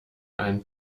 ein